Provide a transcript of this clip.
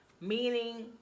Meaning